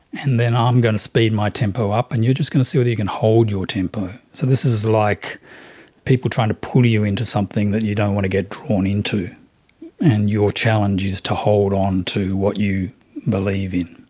and then i'm going to speed my tempo up and you're just going to see whether you can hold your tempo. so this is like people trying to pull you into something that you don't want to get drawn into and your challenge is to hold on to what you believe in.